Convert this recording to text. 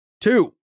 Two